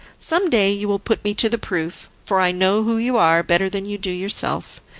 some day you will put me to the proof, for i know who you are better than you do yourself.